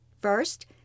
First